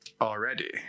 already